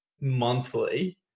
monthly